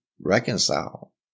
reconcile